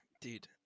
dude